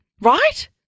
right